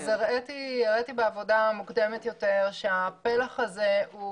הראיתי בעבודה מוקדמת יותר שהתרומה של מספר השקיות של הפלח הזה הוא